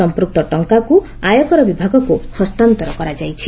ସଂପୂକ୍ତ ଟଙ୍କାକୁ ଆୟକର ବିଭାଗକୁ ହସ୍ତାନ୍ତର କରାଯାଇଛି